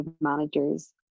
managers